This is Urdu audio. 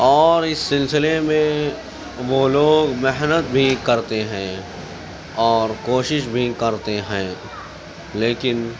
اور اس سلسلے میں وہ لوگ محنت بھی کرتے ہیں اور کوشش بھی کرتے ہیں لیکن